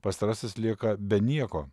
pastarasis lieka be nieko